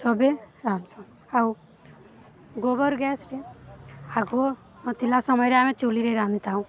ସବେ ରାନ୍ଧ୍ସୁଁ ଆଉ ଗୋବର ଗ୍ୟାସ୍ରେ ଆଗୁ ନ ଥିଲା ସମୟରେ ଆମେ ଚୁଲିରେ ରାନ୍ଧିଥାଉ